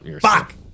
Fuck